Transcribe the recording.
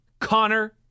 Connor